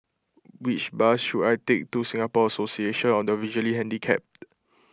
which bus should I take to Singapore Association of the Visually Handicapped